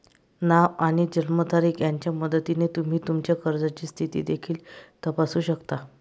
नाव आणि जन्मतारीख यांच्या मदतीने तुम्ही तुमच्या कर्जाची स्थिती देखील तपासू शकता